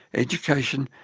education,